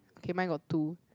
okay mine got two